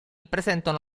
presentano